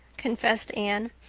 confessed anne.